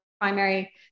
primary